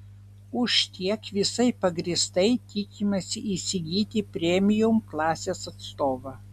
už tiek visai pagrįstai tikimasi įsigyti premium klasės atstovą